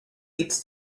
eats